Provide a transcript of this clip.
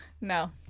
No